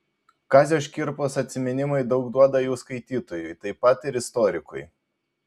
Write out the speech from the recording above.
kazio škirpos atsiminimai daug duoda jų skaitytojui taip pat ir istorikui